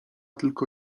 tylko